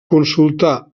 consultar